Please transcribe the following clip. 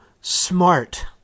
smart